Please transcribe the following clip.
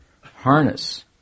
harness